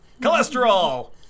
Cholesterol